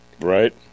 Right